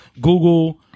Google